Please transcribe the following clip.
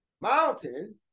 mountain